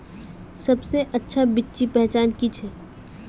सबसे अच्छा बिच्ची पहचान की छे?